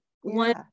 one